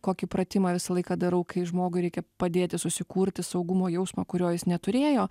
kokį pratimą visą laiką darau kai žmogui reikia padėti susikurti saugumo jausmą kurio jis neturėjo